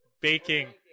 Baking